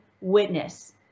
witness